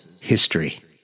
history